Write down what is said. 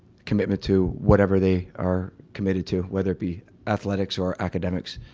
commitment to whatever they are committed too, whether it be athletics or academics.